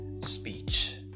speech